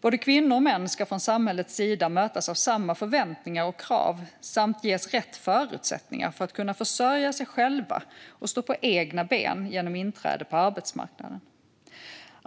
Både kvinnor och män ska från samhällets sida mötas av samma förväntningar och krav samt ges rätt förutsättningar för att kunna försörja sig själva och stå på egna ben genom inträde på arbetsmarknaden.